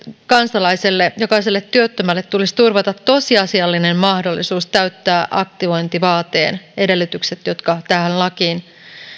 kansalaiselle jokaiselle työttömälle tulisi turvata tosiasiallinen mahdollisuus täyttää aktivointivaateen edellytykset jotka tähän lakiin